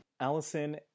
Allison